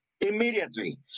immediately